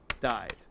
died